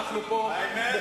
אנחנו פה מוכנים,